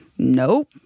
Nope